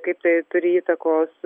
kaip tai turi įtakos